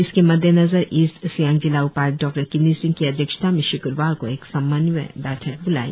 इसके मद्देनजर ईस्ट सियांग जिला उपाय्क्त डॉ किन्नी सिंह की अध्यक्षता में श्क्रवार को एक समन्वय बैठक ब्लाई